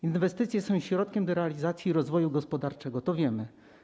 Inwestycje są środkiem do realizacji rozwoju gospodarczego - to wiemy.